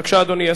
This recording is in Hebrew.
בבקשה, אדוני.